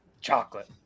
chocolate